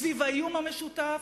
סביב האיום המשותף,